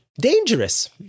dangerous